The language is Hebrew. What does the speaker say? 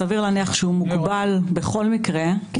סביר להניח שהוא מוגבל בכל מקרה.